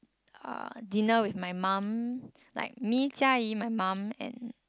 uh dinner with my mom like me Jia-Yi my mom and